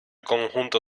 conjunto